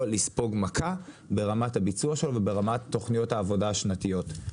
לספוג מכה ברמת הביצוע שלו וברמת תוכניות העבודה השנתיות.